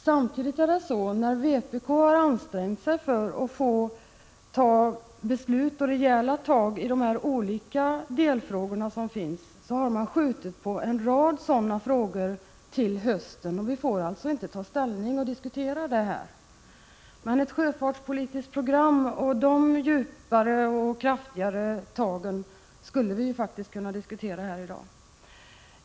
Samtidigt har utskottet, trots att vpk har ansträngt sig för att få ta rejäla tag och komma till beslut i de olika delfrågor som finns, skjutit på en rad sådana frågor till hösten. Vi får alltså inte ta ställning till dem här och nu. Men ett sjöfartspolitiskt program och de djupare och kraftigare tagen skulle vi faktiskt kunna diskutera i dag.